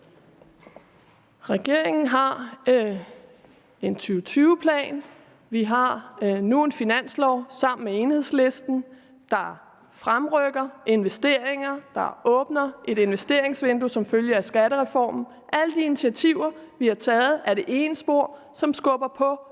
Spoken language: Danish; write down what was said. Regeringen har en 2020-plan, og sammen med Enhedslisten har vi en finanslov, der fremrykker investeringer og åbner et investeringsvindue som følge af skattereformen, altså alle de initiativer, vi har taget ad det ene spor, og som skubber på økonomien